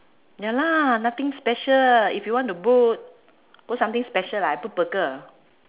ya lah nothing special if you want to put put something special lah I put burger